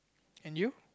and you